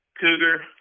cougar